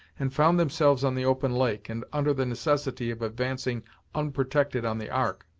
and found themselves on the open lake, and under the necessity of advancing unprotected on the ark,